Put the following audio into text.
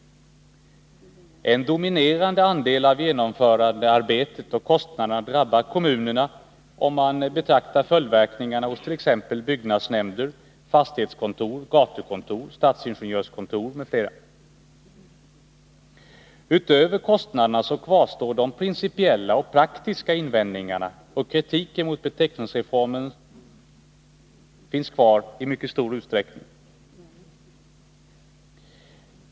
En dominerande andel av genomförandearbetet och kostnaderna drabbar kommunerna, om man betraktar följdverkningarna hos t.ex. byggnadsnämnder, fastighetskontor, gatukontor, stadsingenjörskontor m.fl. Utöver kostnaderna kvarstår de principiella och praktiska invändningarna, och kritiken mot beteckningsreformen finns kvar i mycket stor utsträckning.